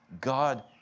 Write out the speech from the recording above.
God